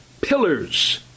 pillars